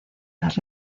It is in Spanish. las